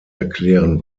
erklären